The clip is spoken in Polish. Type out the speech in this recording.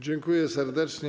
Dziękuję serdecznie.